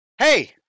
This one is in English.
hey